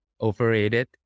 overrated